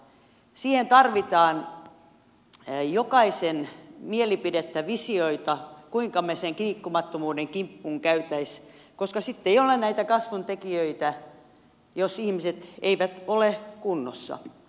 siihen tarvitaan jokaisen mielipidettä visioita kuinka me sen liikkumattomuuden kimppuun kävisimme koska sitten ei ole näitä kasvun tekijöitä jos ihmiset eivät ole kunnossa